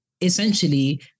essentially